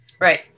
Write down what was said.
Right